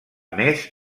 més